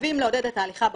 חייבים לעודד את ההליכה ברגל.